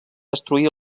destruí